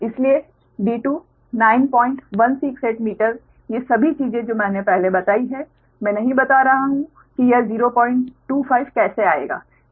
इसलिए d29168 meter ये सभी चीजें जो मैंने पहले बताई हैं मैं नहीं बता रहा हूं कि यह 025 कैसे आएगा